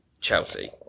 Chelsea